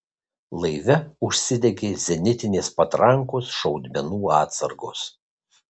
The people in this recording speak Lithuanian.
laive užsidegė zenitinės patrankos šaudmenų atsargos